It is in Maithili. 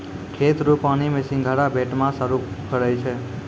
खेत रो पानी मे सिंघारा, भेटमास आरु फरै छै